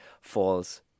falls